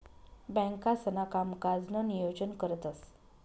बँकांसणा कामकाजनं नियोजन करतंस